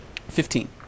Fifteen